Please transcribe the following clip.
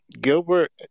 Gilbert